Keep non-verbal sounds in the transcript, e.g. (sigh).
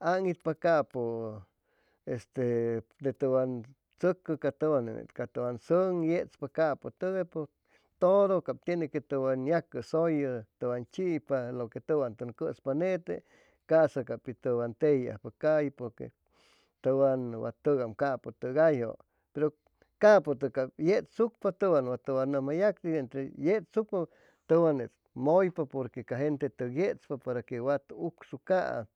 aŋitpa capʉ este de tʉwan tzʉcʉ ca tʉwanje ca tʉwan sʉŋ yechpa caputʉgay todo tine que tʉwan yacʉsʉyʉ tʉwan chipa lo que tʉwan tʉn cʉspa nete ca'sa ca pi tʉwan tejiajpa caji porque tʉwan a tʉgam capʉ tʉgayjʉ pero capʉtʉg cap yechsucpa tʉwan wa tʉwan nʉnja yacti (hesitation) yechsucpa tʉwan net mʉypa porque ca jentetʉg yechpa para que wat ucsucaam